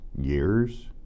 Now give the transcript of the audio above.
years